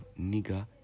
nigger